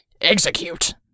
Execute